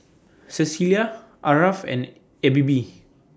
Cecelia Aarav and E B B